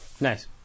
Nice